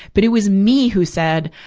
but it was me who said,